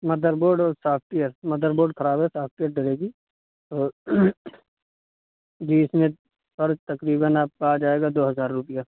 mother board اور software motherboard خراب ہے سافٹ ویئر ڈلے گی تو جی اس میں سر تقریباً آپ کا آ جائے گا دو ہزار روپیہ